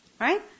Right